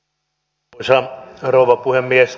arvoisa rouva puhemies